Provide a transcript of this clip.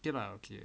okay lah okay